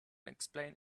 explain